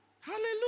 Hallelujah